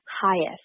highest